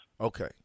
Okay